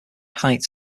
height